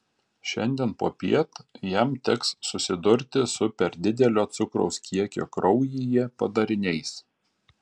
šiandien popiet jam teks susidurti su per didelio cukraus kiekio kraujyje padariniais